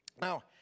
Now